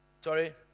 Sorry